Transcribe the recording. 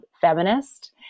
feminist